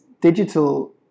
digital